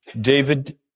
David